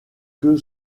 que